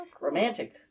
romantic